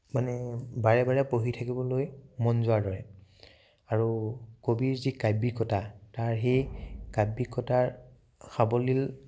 মানে বাৰে বাৰে পঢ়ি থাকিবলৈ মন যোৱাৰ দৰে আৰু কবিৰ যি কাব্যিকতা তাৰ সেই কাব্যিকতাৰ সাৱলীল